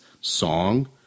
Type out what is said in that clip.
song